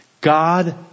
God